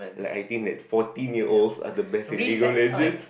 like I think that fourteen year olds are the best legal legend